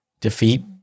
defeat